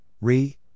RE